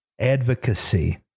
advocacy